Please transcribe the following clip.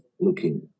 looking